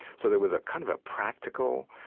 so there was ah kind of a practical